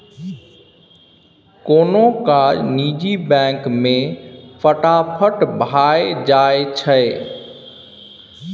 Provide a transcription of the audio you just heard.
कोनो काज निजी बैंक मे फटाफट भए जाइ छै